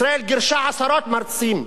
ישראל גירשה עשרות מרצים.